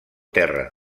terra